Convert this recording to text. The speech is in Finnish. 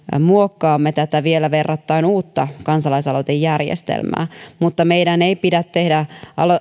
muokkaamme tätä vielä verrattain uutta kansalaisaloitejärjestelmää mutta meidän ei pidä tehdä